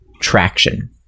traction